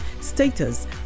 status